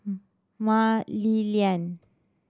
Mah Li Lian